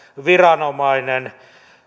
viranomainen